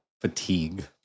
fatigue